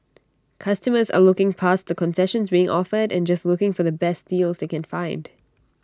customers are looking past the concessions being offered and just looking for the best deals they can find